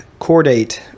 chordate